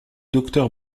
docteur